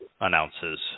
announces